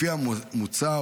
לפי המוצע,